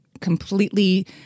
completely